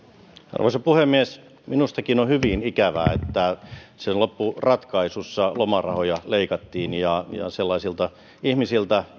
arvoisa puhemies minustakin on hyvin ikävää että siinä loppuratkaisussa lomarahoja leikattiin ja sellaisilta ihmisiltä